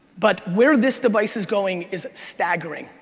but where this device is going is staggering.